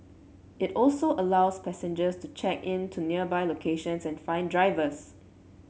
it also allows passengers to check in to nearby locations and find drivers